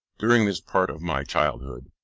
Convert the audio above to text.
during this part of my childhood,